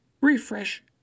refresh